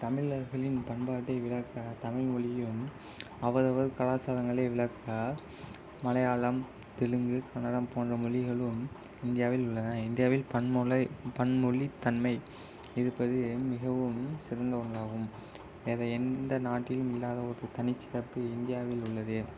தமிழர்களின் பண்பாட்டை விளக்க தமிழ் மொழியும் அவர் அவர் கலாச்சாரங்களை விளக்க மலையாளம் தெலுங்கு கன்னடம் போன்ற மொழிகளும் இந்தியாவில் உள்ளன இந்தியாவில் பன்மொழி பன்மொழி தன்மை இருப்பது மிகவும் சிறந்த ஒன்றாகும் வேறு எந்த நாட்டிலும் இல்லாத ஒரு தனி சிறப்பு இந்தியாவில் உள்ளது